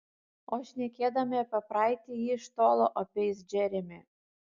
o šnekėdama apie praeitį ji iš tolo apeis džeremį